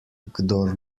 kdor